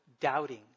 doubting